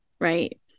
right